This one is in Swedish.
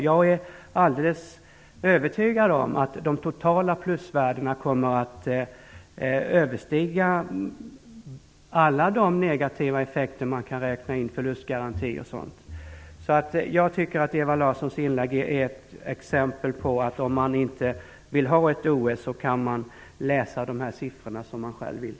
Jag är alldeles övertygad om att de totala plusvärdena kommer att överstiga alla de negativa effekter man kan räkna in, förlustgaranti och liknande. Jag tycker att Ewa Larssons inlägg är ett exempel på att om man inte vill ha ett OS kan man läsa dessa siffror som man själv vill.